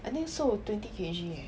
I think 瘦了 twenty K_G eh